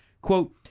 Quote